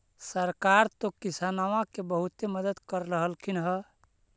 सरकार तो किसानमा के बहुते मदद कर रहल्खिन ह?